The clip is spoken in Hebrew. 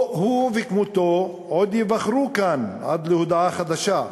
הוא וכמותו עוד ייבחרו כאן עד להודעה חדשה.